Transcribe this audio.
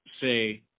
say